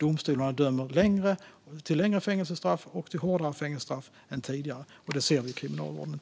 Domstolarna dömer till längre fängelsestraff och till hårdare fängelsestraff än tidigare, och det syns i kriminalvården.